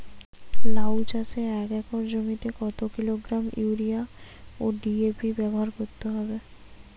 লাউ চাষে এক একর জমিতে কত কিলোগ্রাম ইউরিয়া ও ডি.এ.পি ব্যবহার করতে হবে?